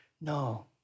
no